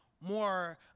more